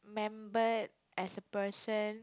~membered as a person